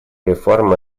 реформы